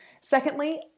Secondly